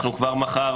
אנחנו כבר מחר,